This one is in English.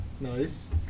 Nice